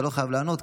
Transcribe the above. אתה לא חייב לענות,